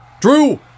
Drew